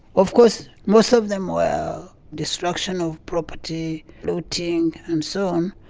of course most of them were destruction of property, looting and so on,